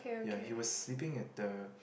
ya he was sleeping at the